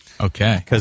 Okay